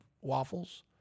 waffles